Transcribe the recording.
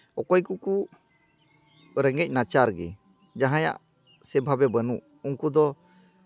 ᱚᱠᱚᱭ ᱠᱚᱠᱚ ᱨᱮᱸᱜᱮᱡ ᱱᱟᱪᱟᱨ ᱜᱮ ᱡᱟᱦᱟᱸᱭᱟᱜ ᱥᱮᱵᱷᱟᱵᱮ ᱵᱟᱹᱱᱩᱜ ᱩᱝᱠᱩ ᱫᱚ